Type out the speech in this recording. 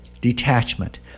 detachment